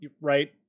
right